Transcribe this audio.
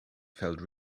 felt